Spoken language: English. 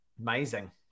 Amazing